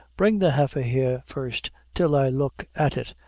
bring the heifer here first till i look at it,